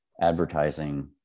advertising